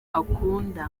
akunda